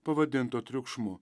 pavadinto triukšmu